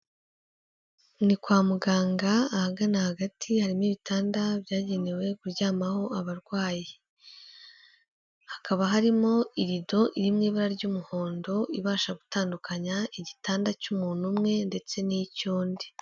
Ni kwa muganga ahagana hagati harimo ibitanda byagenewe kuryamaho abarwayi, hakaba harimo irido iri mu ibara ry'umuhondo ibasha gutandukanya igitanda cy'umuntu umwe ndetse n'icy'undi.